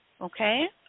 Okay